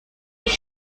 ich